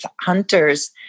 Hunters